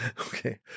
Okay